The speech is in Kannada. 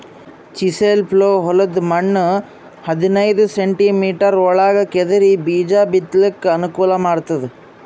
ಚಿಸೆಲ್ ಪ್ಲೊ ಹೊಲದ್ದ್ ಮಣ್ಣ್ ಹದನೈದ್ ಸೆಂಟಿಮೀಟರ್ ಒಳಗ್ ಕೆದರಿ ಬೀಜಾ ಬಿತ್ತಲಕ್ ಅನುಕೂಲ್ ಮಾಡ್ತದ್